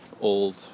old